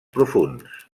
profunds